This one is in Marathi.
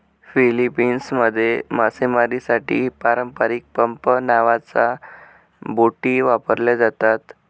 फिलीपिन्समध्ये मासेमारीसाठी पारंपारिक पंप नावाच्या बोटी वापरल्या जातात